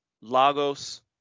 Lagos